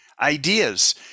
ideas